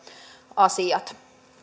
asiat